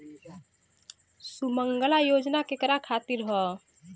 सुमँगला योजना केकरा खातिर ह?